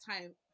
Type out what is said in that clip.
time